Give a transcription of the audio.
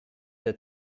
der